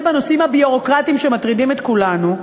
בנושאים הביורוקרטיים שמטרידים את כולנו,